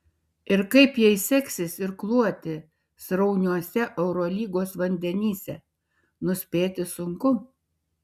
ir kaip jai seksis irkluoti srauniuose eurolygos vandenyse nuspėti sunku